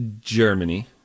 Germany